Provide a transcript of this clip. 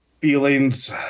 feelings